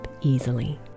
easily